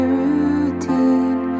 routine